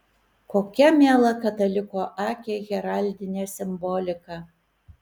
kokia miela kataliko akiai heraldinė simbolika